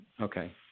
Okay